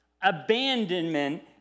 abandonment